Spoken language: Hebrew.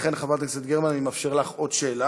לכן, חברת הכנסת גרמן, אני מאפשר לך עוד שאילתה,